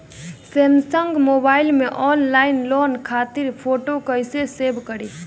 Samsung mobile में online loan खातिर photo कैसे सेभ करीं?